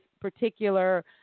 particular